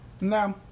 No